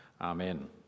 Amen